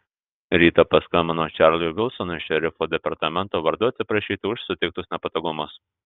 rytą paskambinau čarliui vilsonui šerifo departamento vardu atsiprašyti už suteiktus nepatogumus